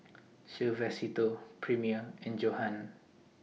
Suavecito Premier and Johan